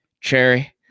cherry